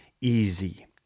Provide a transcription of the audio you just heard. easy